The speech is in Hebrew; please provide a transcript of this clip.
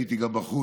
הייתי גם בחוץ